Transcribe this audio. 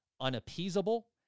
unappeasable